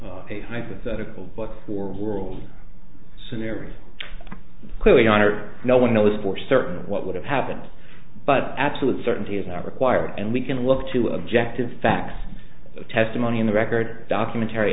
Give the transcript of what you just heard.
of a hypothetical but for world scenarios clearly honored no one knows for certain what would have happened but absolute certainty is not required and we can look to objective facts of testimony in the record documentary